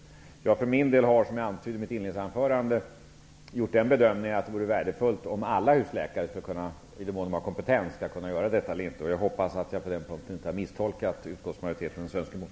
Jag har för min del, som jag antydde i mitt huvudanförande, gjort den bedömningen att det vore värdefullt om alla husläkare, i den mån de har kompetens, skulle kunna göra detta. Jag hoppas att jag på den punkten inte har misstolkat utskottsmajoritetens önskemål.